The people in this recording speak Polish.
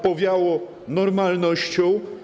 Powiało normalnością.